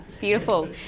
beautiful